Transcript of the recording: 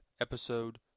Episode